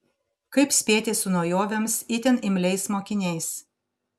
kaip spėti su naujovėms itin imliais mokiniais